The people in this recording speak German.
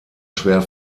schwer